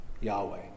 Yahweh